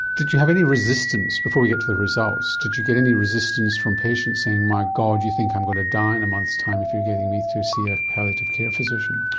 did you have any resistance, before we get to the results, did you get any resistance from patients saying, my god, you think i'm going to die in a month's time if you are getting me to see a palliative care physician'?